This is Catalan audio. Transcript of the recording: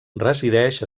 resideix